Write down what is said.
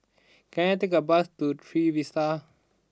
can I take a bus to Trevista